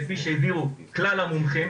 כפי שהעידו כלל המומחים.